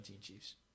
Chiefs